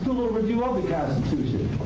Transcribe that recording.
little review of the constitution.